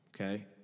Okay